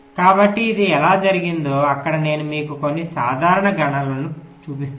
కాబట్టి ఇది ఎలా జరిగిందో ఇక్కడ నేను మీకు కొన్ని సాధారణ గణనలను చూపిస్తాను